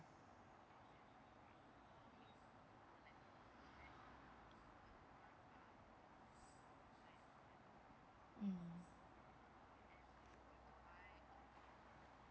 mm